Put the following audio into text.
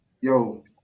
yo